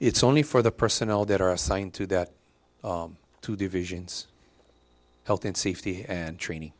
it's only for the personnel that are assigned to that two divisions health and safety and training